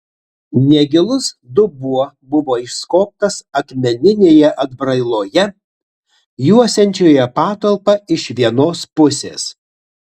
negilus dubuo buvo išskobtas akmeninėje atbrailoje juosiančioje patalpą iš vienos pusės